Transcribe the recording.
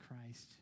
Christ